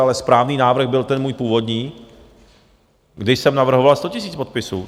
Ale správný návrh byl ten můj původní, kdy jsem navrhoval 100 000 podpisů.